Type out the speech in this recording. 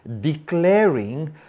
declaring